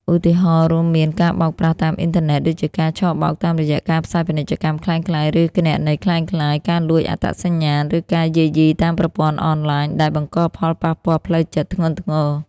ឧទាហរណ៍រួមមាន ការបោកប្រាស់តាមអ៊ីនធឺណិត (ដូចជាការឆបោកតាមរយៈការផ្សាយពាណិជ្ជកម្មក្លែងក្លាយ ឬគណនីក្លែងក្លាយ) ការលួចអត្តសញ្ញាណ ឬ ការយាយីតាមប្រព័ន្ធអនឡាញ ដែលបង្កផលប៉ះពាល់ផ្លូវចិត្តធ្ងន់ធ្ងរ។